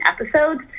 episodes